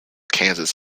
kansas